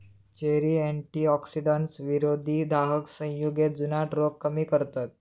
cherry antioxidants, विरोधी दाहक संयुगे, जुनाट रोग कमी करतत